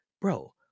bro